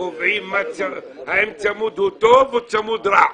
קובעים האם צמוד הוא טוב או רע?